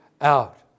out